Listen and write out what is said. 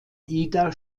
ida